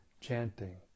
chanting